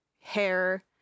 hair